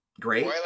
great